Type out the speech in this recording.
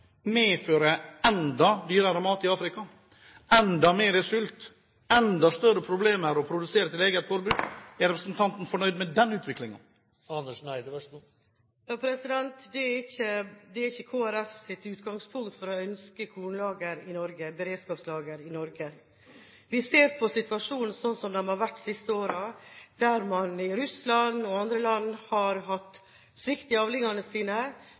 medføre at fattige land, som land i Afrika, vil få enda dyrere mat, enda mer sult og enda større problemer med å produsere til eget forbruk. Er representanten fornøyd med den utviklingen? Det er ikke Kristelig Folkepartis utgangspunkt for å ønske beredskapslagre for korn i Norge. Vi ser på situasjonen slik den har vært de siste årene, at man i Russland og mange andre land har hatt svikt i avlingene.